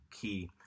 key